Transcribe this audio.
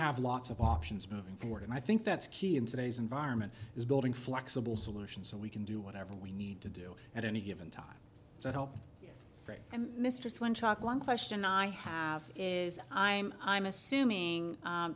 have lots of options moving forward and i think that's key in today's environment is building flexible solutions so we can do whatever we need to do at any given time to help and mr swan chalk one question i have is i'm i'm assuming